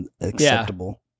acceptable